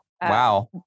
Wow